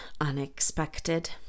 unexpected